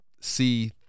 see